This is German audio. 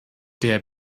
der